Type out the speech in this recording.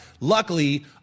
luckily